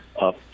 up